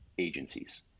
agencies